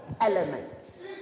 elements